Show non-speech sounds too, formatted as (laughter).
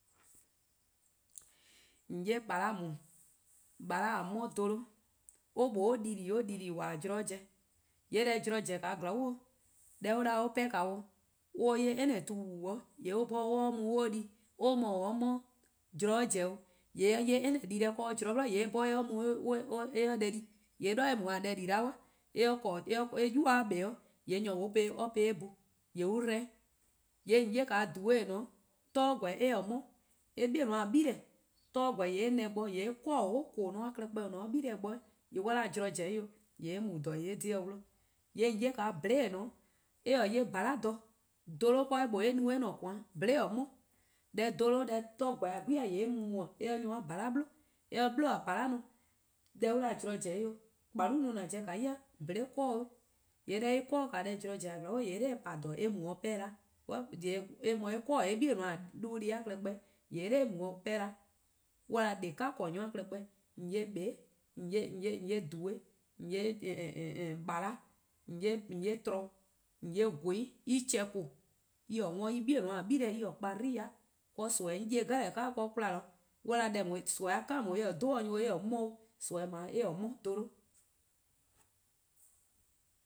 :An 'ye :bala' 'weh :e, :bale-a 'mo dholo-', or mlor or di :dii: or di :dii: :wala: :wala: zorn-a zen. :yee' deh zorn zen-a zorn bo, deh or 'da or 'pehn-dih, :mor oe any tu-buo 'kpa zorn :yee' or 'bhorn or 'ye mu or 'ye or di. Or :mor or se-a 'mo zorn zen-a, :yee' :mor or 'ye any dii-deh 'de zorn 'bli :yee' or 'bhorn or 'ye 'de mu (hesitation) or 'ye deh di. :yee' 'de :dha or mu-a deh di 'da (hesitation) :mor or 'yuba kpa 'de :yee' nyor 'nor (hesitation) po-eh bhu :yee' or 'dba-or. :yee' :on 'ye :dhui' 'weh :e, :mor glu gor :yee' eh-' 'mo, eh 'bei'-a gle+ :mor glu gor :yee' eh na-ih bo eh 'kor-dih whole :koo-a klehkpeh or :ne-a gle bo-dih 'weh, :yee' :mor on 'da zorn zen 'o :yee' eh mu :dha eh :dhe-dih. :yee' :on 'ye :bhliin' 'weh :e, eh-' 'ye :bhala' dha, dholo-' 'de eh mlor eh no eh-a: :koan eh-a' :bliin'-a 'mo. Deh dholo-' deh glu gor-a :yee' eh mu mu eh 'hye nyor-a :bhala' 'blu, :mor eh 'blu :bhala' deh ldao' on 'da zorn zen 'o, :kpalu' 'i :an pobo-a ya :bhliin' 'kor-dih-uh, :yee' deh :dao' eh 'kor-dih-uh-a zorn zen-a zorn bo :yee' eh 'da eh pa :dha eh mu-dih 'pehn 'da. (hesitation) :yee' eh mor eh 'kor-dih eh 'bei'-a 'dhu-deh+-a klehkpeh 'weh, :yee' eh 'da eh mu-dih 'pehn 'da. :mor on 'de :deka' :korn-nyor+-a klehkpeh :on 'ye :bee', (hesitation) :on 'ye :dhui', :on 'ye :bala', (hesitation) :on 'ye tlo, :on 'ye :gwean'+ en chehn :koo:, eh-a 'worn en 'bei'-a gle+-a kpa 'dlu yai'. Nimi 'on 'ye-a deh 'jeh 'de 'kwla, :mor on 'de nimi :daa eh-a' 'dhu 'o nyor+ eh-a' 'mo 'o. Nimi :daa en 'mo dholo-'. '